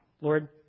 Lord